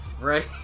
Right